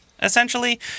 essentially